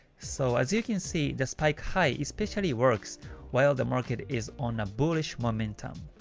so as you can see, the spike high especially works while the market is on a bullish momentum.